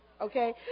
Okay